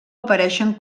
apareixen